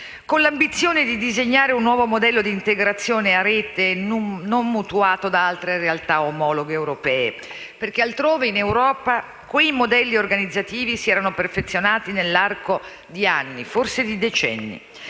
con l'ambizione di disegnare un nuovo modello di integrazione a rete non mutuato da altre realtà omologhe europee. Infatti, altrove, in Europa, quei modelli organizzativi si erano perfezionati nell'arco di anni, forse decenni,